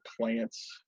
plants